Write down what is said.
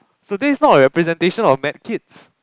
so this is not a representation on med kids